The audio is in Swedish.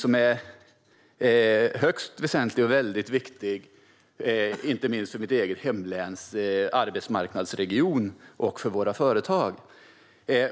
Det är en viktig sträcka, inte minst för mitt hemläns arbetsmarknad och företag.